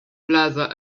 plaza